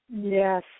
Yes